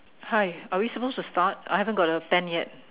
hi are we supposed to start I haven't got a pen yet